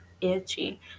itchy